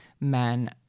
men